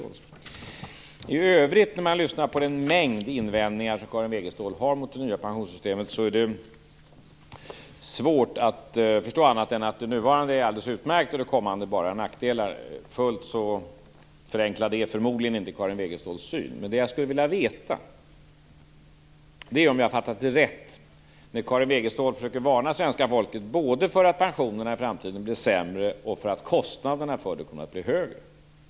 När man i övrigt lyssnar på den mängd invändningar som Karin Wegestål har mot det nya pensionssystemet är det svårt att förstå annat än att det nuvarande är alldeles utmärkt och att det kommande bara har nackdelar. Fullt så förenklad är förmodligen inte Karin Wegeståls syn, men det som jag skulle vilja veta är om jag har fattat rätt att Karin Wegestål försöker varna svenska folket både för att pensionerna i framtiden blir sämre och för att kostnaderna för dem kommer att bli högre.